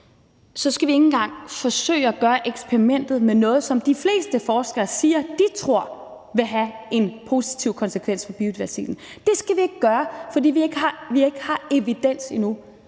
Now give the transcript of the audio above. så skal vi ikke engang forsøge at gøre eksperimentet med noget, som de fleste forskere siger de tror vil have en positiv konsekvens for biodiversiteten. Det skal vi ikke gøre, fordi vi ikke har evidens endnu.